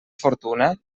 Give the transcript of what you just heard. fortuna